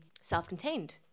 self-contained